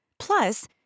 Plus